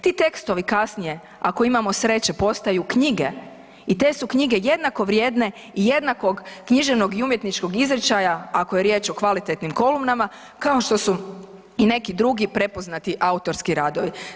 Ti tekstovi kasnije ako imamo sreće, postaju knjige i te su knjige jednako vrijedne i jednakog književnog i umjetničkog izričaja ako je riječ o kvalitetnim kolumnama kao što su i neki drugi prepoznati autorski radovi.